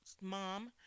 mom